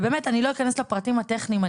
ואני באמת לא אכנס לפרטים הטכניים,